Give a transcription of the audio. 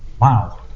wow